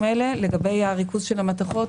לגבי ריכוז המתכות,